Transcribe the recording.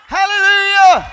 Hallelujah